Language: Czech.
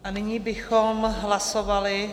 A nyní bychom hlasovali.